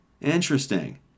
Interesting